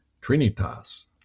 Trinitas